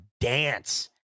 dance